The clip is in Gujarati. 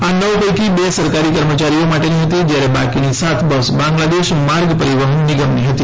આ નવ પૈકી બે સરકારી કર્મચારીઓ માટેની હતી જ્યારે બાકીની સાત બસ બાંગ્લાદેશ માર્ગ પરિવહન નિગમની હતી